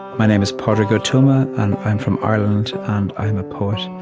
my name is padraig o tuama, and i am from ireland, and i am a poet.